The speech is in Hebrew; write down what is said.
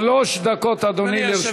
שלוש דקות, אדוני, לרשותך.